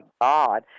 god